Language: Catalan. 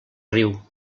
riu